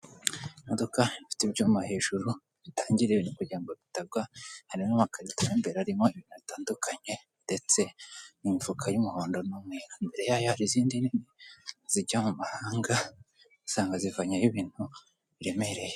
Imodoka ifite ibyuma hejuru bitangiwe kugira ngo bitagwa harimo amakarito mo imbere arimo ibintu bitandukanye ndetse n'imifuka y'umuhondo n'umweru, imbere yayo hari n'izindi nini zijya mu mahanga ugasanga zivanyeyo ibintu biremereye.